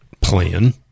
plan